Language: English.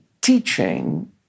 teaching